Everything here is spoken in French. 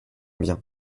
bien